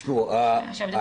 משפט אחד.